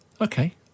Okay